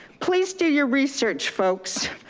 please do your research folks.